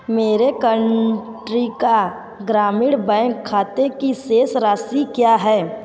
मेरे कर्नाटक ग्रामीण बैंक खाते की शेष राशि क्या है